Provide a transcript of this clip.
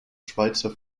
schweizer